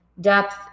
Depth